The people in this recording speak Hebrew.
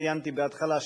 שציינתי בהתחלה,